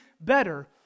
better